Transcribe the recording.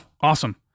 awesome